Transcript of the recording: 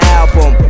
album